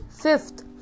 Fifth